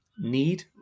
need